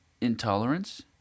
intolerance